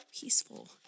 peaceful